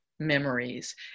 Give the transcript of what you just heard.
memories